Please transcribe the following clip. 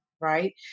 right